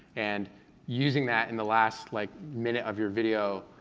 and using that in the last like minute of your video,